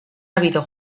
ávido